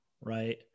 right